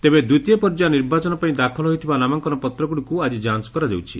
ତେବେ ଦିତୀୟ ପର୍ଯ୍ୟାୟ ନିର୍ବାଚନ ପାଇଁ ଦାଖଲ ହୋଇଥିବା ନାମାଙ୍କନ ପତ୍ରଗୁଡ଼ିକୁ ଆଜି ଯାଞ୍ କରାଯାଉଛି